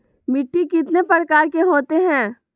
मिट्टी कितने प्रकार के होते हैं?